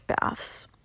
baths